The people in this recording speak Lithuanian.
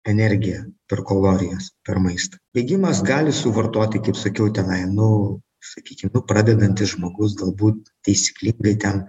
energiją per kalorijas per maistą bėgimas gali suvartoti kaip sakiau tenai nu sakykim nu pradedantis žmogus galbūt taisyklingai ten